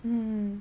hmm